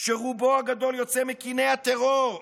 שרובו הגדול יוצא מקיני הטרור,